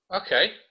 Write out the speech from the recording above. okay